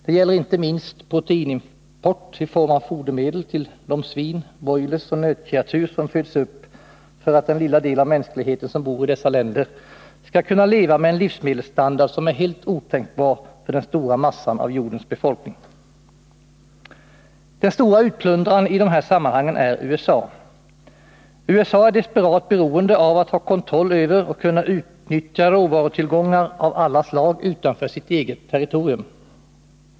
Det gäller inte minst proteinimport i form av fodermedel till de svin, broilers och nötkreatur som föds upp för att den lilla del av mänskligheten som bor i dessa länder skall kunna leva med en livsmedelsstandard som är helt otänkbar för den stora massan av jordens befolkning. Den stora utplundraren i de här sammanhangen är USA. USA är desperat beroende av att ha kontroll över och kunna utnyttja råvarutillgångar av alla slag utanför sitt eget territorium.